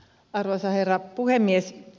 arvoisa herra puhemies